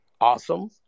Awesome